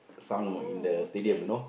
oh okay